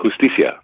justicia